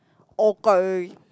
okay